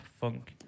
funk